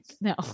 No